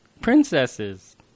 princesses